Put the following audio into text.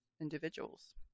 individuals